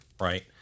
right